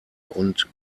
und